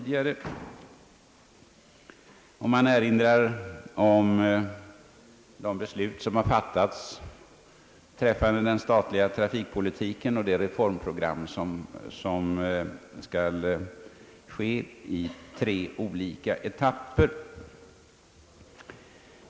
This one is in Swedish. Man erinrar om det beslut som har fattats beträffande den statliga trafikpolitiken och om det reformprogram som skall genomföras i tre olika etapper.